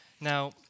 Now